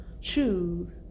choose